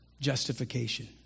justification